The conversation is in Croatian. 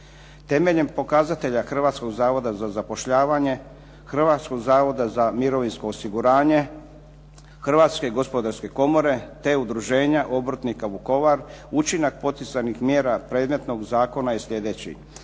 Temeljem pokazatelja Hrvatskog zavoda za zapošljavanje, Hrvatskog zavoda za mirovinsko osiguranje, Hrvatske gospodarske komore, te udruženja obrtnika Vukovar, učinak poticajnih mjera predmetnog zakona je sljedeći.